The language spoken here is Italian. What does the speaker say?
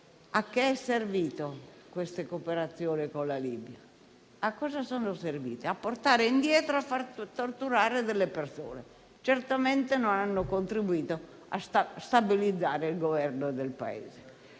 a cosa è servita questa cooperazione con la Libia. È servita a portare indietro e a far torturare delle persone, certamente non ha contribuito a stabilizzare il Governo del Paese.